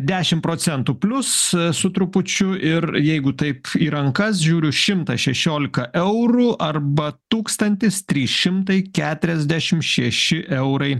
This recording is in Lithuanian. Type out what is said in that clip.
dešimt procentų plius su trupučiu ir jeigu taip į rankas žiūriu šimtas šešiolika eurų arba tūktantis trys šimta keturiasdešimt šeši eurai